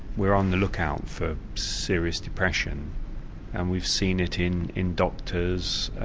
we're on the lookout for serious depression and we've seen it in in doctors,